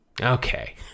Okay